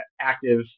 active